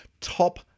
top